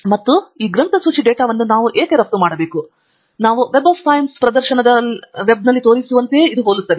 ಮತ್ತು ಈ ಗ್ರಂಥಸೂಚಿ ಡೇಟಾವನ್ನು ನಾವು ಏಕೆ ರಫ್ತು ಮಾಡಬೇಕೆಂಬುದು ಮತ್ತೆ ತರ್ಕವು ನಾವು ಸೈನ್ಸ್ ಪ್ರದರ್ಶನದ ವೆಬ್ನಲ್ಲಿ ತೋರಿಸಿರುವಂತೆ ಹೋಲುತ್ತದೆ